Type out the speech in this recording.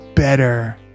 better